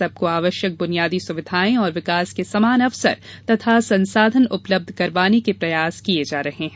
सबको आवश्यक बुनियादी सुविधाएँ और विकास के समान अवसर तथा संसाधन उपलब्ध करवाने के प्रयास किये जा रहे हैं